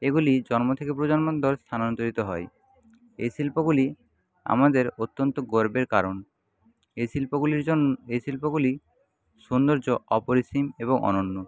এগুলি জন্ম থেকে প্রজন্ম অন্তর স্থানান্তরিত হয় এই শিল্পগুলি আমাদের অত্যন্ত গর্বের কারণ এই শিল্পগুলির জন্য এই শিল্পগুলি সৌন্দর্য অপরিসীম এবং অনন্য